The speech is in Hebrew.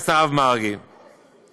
הרב מרגי